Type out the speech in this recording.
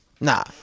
nah